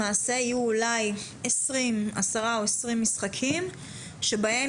למעשה יהיו אולי 10 או 20 משחקים שבהם